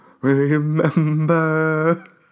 Remember